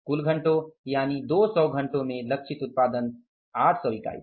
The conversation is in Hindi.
कुल घंटों यानि 200 घंटों में लक्षित उत्पादन 800 इकाई था